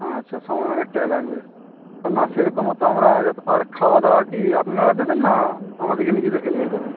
হ্যাঁ আচ্ছা সময় অনেকটাই লাগবে না না সেরকমও তো আমরা আর খাওয়া দাওয়া কি আপনারা দেবেন না আমাদেরকে নিজেদেরকে নিয়ে যেতে হবে